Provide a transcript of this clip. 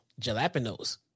Jalapenos